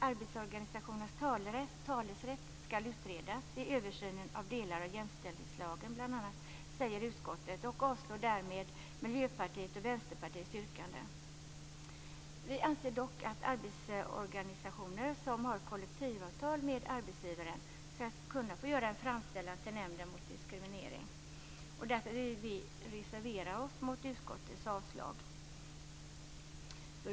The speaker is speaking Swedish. Arbetsorganisationers talerätt skall utredas i översynen av delar av jämställdhetslagen bl.a., säger utskottet och avslår därmed Miljöpartiets och Vänsterpartiets yrkanden. Vi anser dock att arbetsorganisationer som har kollektivavtal med arbetsgivaren skall kunna få göra en framställan till Nämnden mot diskriminering. Därför vill vi reservera oss mot utskottets avslag.